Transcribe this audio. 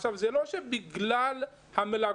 אחוז הסטודנטים לא גדל בגלל המלגות.